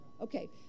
Okay